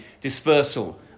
dispersal